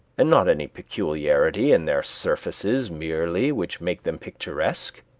and not any peculiarity in their surfaces merely, which makes them picturesque